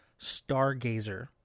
Stargazer